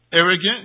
arrogant